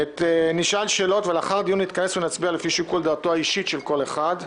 נשאל שאלות ולאחר הדיון נתכנס ונצביע לפי שיקול דעתו האישית של כל אחד.